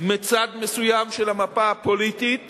מצד מסוים של המפה הפוליטית